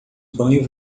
banho